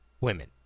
women